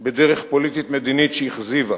בדרך פוליטית-מדינית שהכזיבה,